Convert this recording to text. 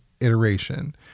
iteration